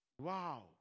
Wow